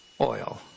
oil